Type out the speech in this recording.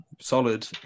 solid